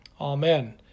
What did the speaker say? Amen